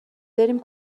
بریم